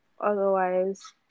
otherwise